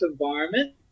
environment